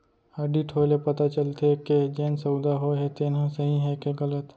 audit होए ले पता चलथे के जेन सउदा होए हे तेन ह सही हे के गलत